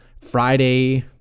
Friday